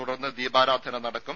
തുടർന്ന് ദീപാരാധന നടക്കും